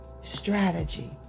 strategy